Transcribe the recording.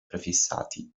prefissati